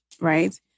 Right